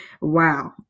Wow